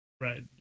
right